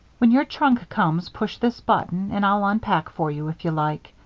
when your trunk comes, push this button and i'll unpack for you, if you like.